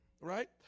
right